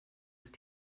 ist